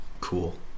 Cool